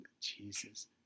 jesus